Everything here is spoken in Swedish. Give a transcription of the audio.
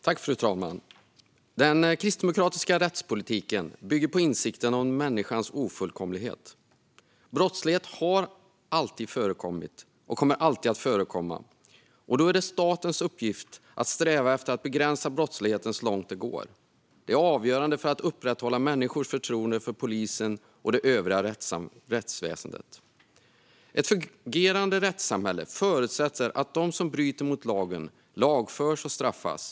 Fru talman! Den kristdemokratiska rättspolitiken bygger på insikten om människans ofullkomlighet. Brottslighet har alltid förekommit och kommer alltid att förekomma. Det är statens uppgift att sträva efter att begränsa brottsligheten så långt det går. Det är avgörande för att upprätthålla människors förtroende för polisen och det övriga rättsväsendet. Ett fungerande rättssamhälle förutsätter att de som bryter mot lagen lagförs och straffas.